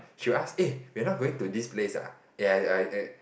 she will ask eh we're not going to this place ah eh I I I